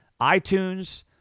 iTunes